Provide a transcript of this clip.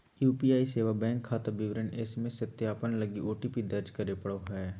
UPI सेवा bank खाता विवरण एस.एम.एस सत्यापन लगी ओ.टी.पी दर्ज करे पड़ो हइ